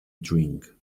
drink